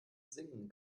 singen